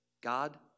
God